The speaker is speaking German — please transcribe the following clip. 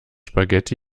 spaghetti